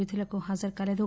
విధులకు హాజరుకాలేదు